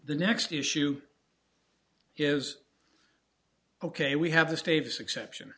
the next issue is ok we have this davis exception